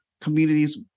communities